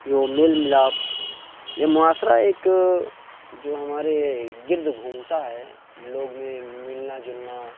یوں مِل مِلاپ یہ معاشرہ ایک جو ہمارے گرد گھومتا ہے لوگ میں مِلنا جُلنا